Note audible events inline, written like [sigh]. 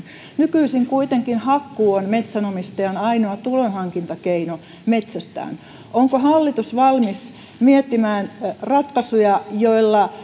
nykyisin kuitenkin hakkuu on metsänomistajan ainoa tulonhankintakeino metsästään onko hallitus valmis miettimään ratkaisuja joilla [unintelligible]